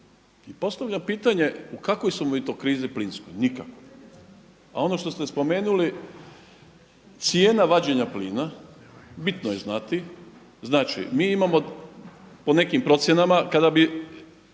I postavljam pitanje u kakvoj smo mi to krizi plinskoj? Nikakvoj. A ono što ste spomenuli cijena vađenja plina, bitno je znati. Znači mi imamo po nekim procjenama kada bi